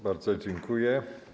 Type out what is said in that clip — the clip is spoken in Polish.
Bardzo dziękuję.